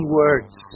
words